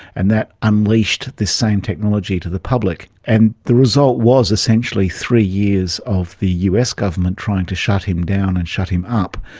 and that unleashed this same technology to the public. and the result was essentially three years of the us government trying to shut him down and shut him up.